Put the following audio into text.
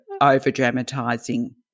Over-dramatizing